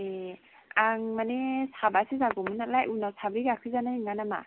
ए आं माने साबासो जागौमोन नालाय उनाव साब्रै गाखो जानाय नङा नामा